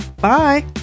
Bye